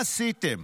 מה עשיתם?